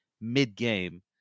mid-game